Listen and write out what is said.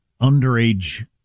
underage